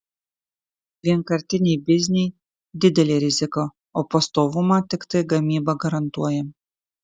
vienkartiniai bizniai didelė rizika o pastovumą tiktai gamyba garantuoja